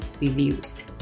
reviews